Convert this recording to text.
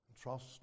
Trust